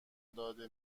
داده